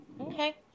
okay